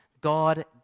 God